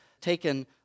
taken